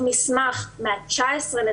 במסמך מה-19.12.